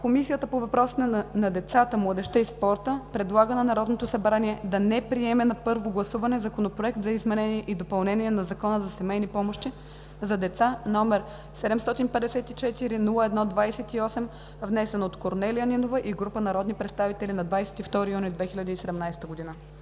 Комисията по въпросите на децата, младежта и спорта предлага на Народното събрание да не приеме на първо гласуване Законопроект за изменение и допълнение на Закона за семейни помощи за деца, № 754-01-28, внесен от Корнелия Нинова и група народни представители на 22 юни 2017 г.“